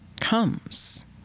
comes